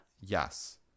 Yes